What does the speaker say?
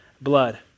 blood